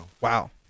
Wow